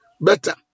better